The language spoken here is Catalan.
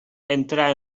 entrà